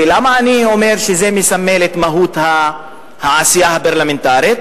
ולמה אני אומר שזה מסמל את מהות העשייה הפרלמנטרית?